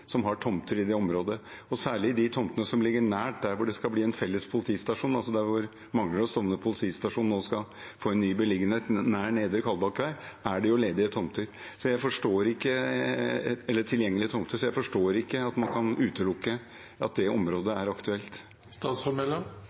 som har tomter i det området, særlig de tomtene som ligger nær der hvor det skal bli en felles politistasjon. Der hvor Manglerud og Stovner politistasjon nå skal få en ny beliggenhet, nær Nedre Kalbakkvei, er det tilgjengelige tomter. Jeg forstår ikke at man kan utelukke at det området er aktuelt. Jeg kan bare forholde meg til den jobben som er